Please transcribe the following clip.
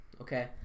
okay